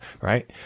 right